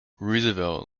roosevelt